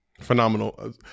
Phenomenal